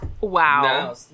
Wow